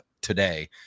today